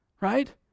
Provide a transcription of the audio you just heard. right